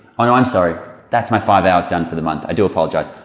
oh no i'm sorry that's my five hours done for the month. i do apologize.